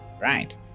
Right